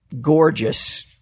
gorgeous